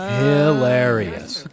hilarious